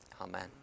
Amen